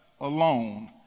alone